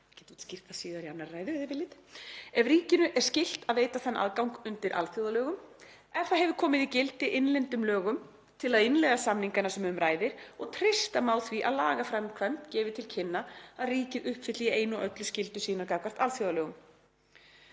„ef ríkinu er skylt að veita þann aðgang undir alþjóðalögum, ef það hefur komið í gildi innlendum lögum til að innleiða samningana sem um ræðir og treysta má því að lagaframkvæmd gefi til kynna að ríkið uppfylli í einu og öllu skyldur sínar gagnvart alþjóðalögum.““